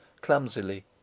clumsily